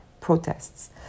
protests